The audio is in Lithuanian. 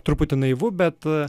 truputį naivu bet